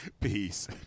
Peace